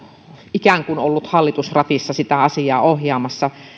ikään kuin ollut hallitus ratissa sitä asiaa ohjaamassa